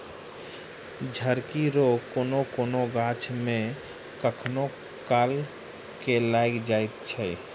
झड़की रोग कोनो कोनो गाछ मे कखनो काल के लाइग जाइत छै